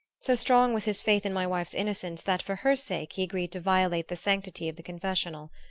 so strong was his faith in my wife's innocence that for her sake he agreed to violate the sanctity of the confessional.